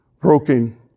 broken